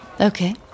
Okay